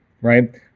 Right